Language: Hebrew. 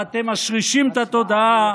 ואתם משרישים את התודעה